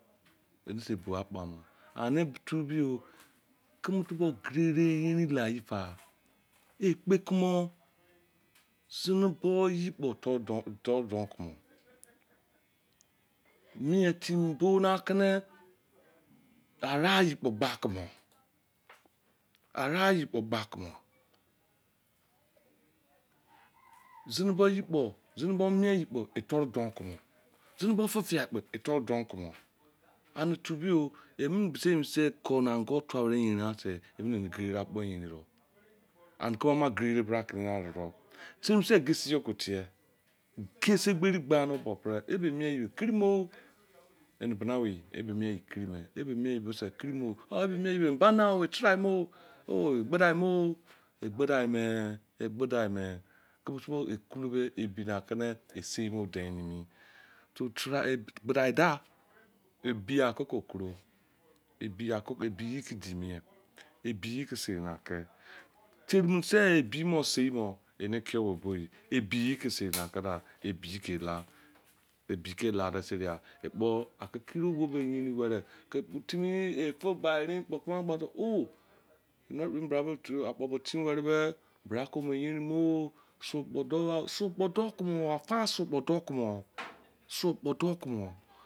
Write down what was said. Anese ebua akpoo amaan tubiyoo ikpe kumun zinoboye kpoo turu ton kumun mietimeen bonokene are ai yekpo gbala kumun zinibomien yekpo turu donkumon zinibu fia kpoo turu donkumon kumotuaman gererebrake inaredomene kemense gesi yoo kee tiee gesi eberi banou operei ene benawei ebimien yooboo laini moo ebimien yebose ubanaoo igbadai moo ebiyee kedimieen, ebike eladeseria brafini yiu rinmoo suokpoo doughaa pasoukpoo douku mooni